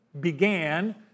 began